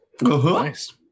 Nice